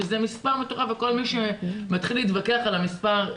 שזה מספר מטורף וכל מי שמתחיל להתווכח על המספר,